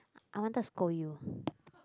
I wanted scold you